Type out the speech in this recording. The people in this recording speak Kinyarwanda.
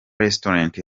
restaurant